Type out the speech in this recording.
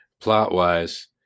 plot-wise